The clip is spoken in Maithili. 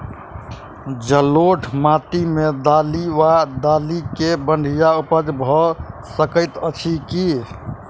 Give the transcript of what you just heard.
जलोढ़ माटि मे दालि वा दालि केँ बढ़िया उपज भऽ सकैत अछि की?